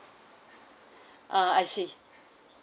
ah I see